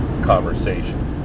conversation